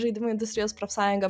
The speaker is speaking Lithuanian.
žaidimų industrijos profsąjunga